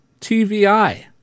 TVI